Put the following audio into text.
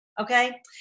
Okay